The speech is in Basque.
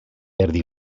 erdi